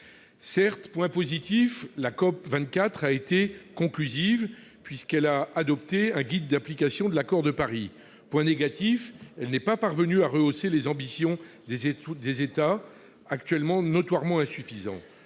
Certes- un point positif -, la COP24 a été conclusive, puisqu'elle a adopté un guide d'application de l'Accord de Paris. Point négatif, elle n'est pas parvenue à rehausser les ambitions des États, qui sont actuellement notoirement insuffisantes.